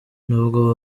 nubwo